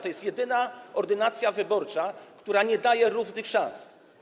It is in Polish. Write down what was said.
To jest jedyna ordynacja wyborcza, która nie daje równych szans.